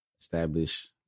establish